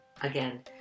again